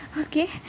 Okay